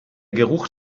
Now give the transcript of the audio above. geruch